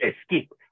escape